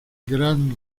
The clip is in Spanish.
gran